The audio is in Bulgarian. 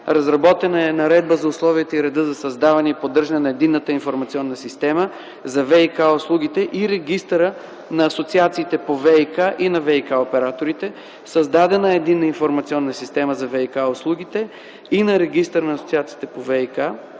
разработена е наредба за условията и реда за създаване и поддържане на единната информационна система за ВиК-услугите и регистъра на асоциациите по ВиК и на ВиК-операторите; - създадена е Единна информационна система за ВиК-услугите и на Регистър на асоциациите по ВиК.